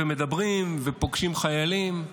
מדברים ופוגשים חיילים.